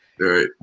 Right